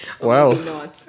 wow